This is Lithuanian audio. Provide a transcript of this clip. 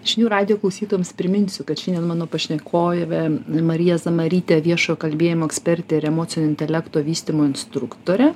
žinių radijo klausytojams priminsiu kad šiandien mano pašnekovė marija zamarytė viešo kalbėjimo ekspertė ir emocinio intelekto vystymo instruktorė